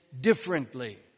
differently